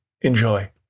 Enjoy